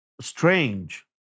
strange